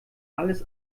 alles